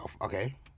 okay